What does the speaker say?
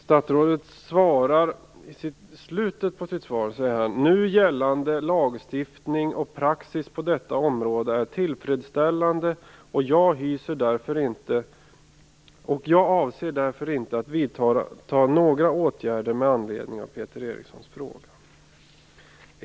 Statsrådet säger i slutet av sitt svar: "Nu gällande lagstiftning och praxis på detta område är tillfredsställande, och jag avser därför inte att vidta några åtgärder med anledning av Peter Erikssons fråga."